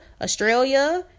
Australia